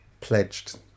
pledged